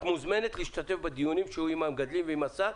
את מוזמנת להשתתף בדיונים שיהיו עם המגדלים ועם השר,